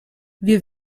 wir